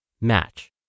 Match